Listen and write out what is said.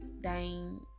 dying